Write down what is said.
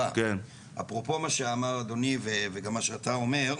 אפרופו מה שאמר אדוני, וגם מה שאתה אומר,